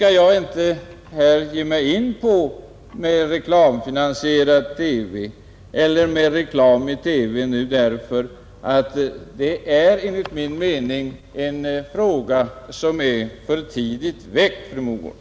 Jag skall inte här ge mig in på detta med reklamfinansierad TV eller med reklam i TV, därför att det är enligt min mening en fråga som är för tidigt väckt, fru Mogård.